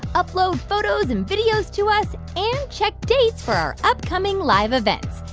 upload photos and videos to us and check dates for our upcoming live events.